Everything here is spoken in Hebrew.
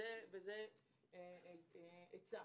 וזו עצה